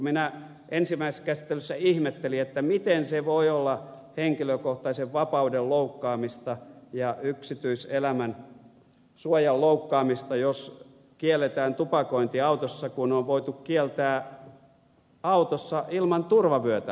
minä ensimmäisessä käsittelyssä ihmettelin miten se voi olla henkilökohtaisen vapauden loukkaamista ja yksityiselämän suojan loukkaamista jos kielletään tupakointi autossa kun on voitu kieltää autossa ilman turvavyötä ajaminenkin